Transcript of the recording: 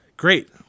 Great